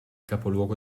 capoluogo